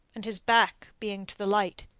and his back being to the light,